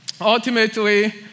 Ultimately